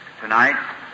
Tonight